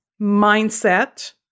mindset